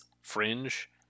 Fringe